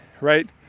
right